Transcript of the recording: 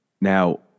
Now